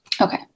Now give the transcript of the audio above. okay